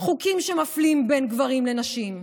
חוקים שמפלים בין גברים לנשים,